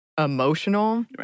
emotional